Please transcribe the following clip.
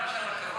שהבדיקה שלכם,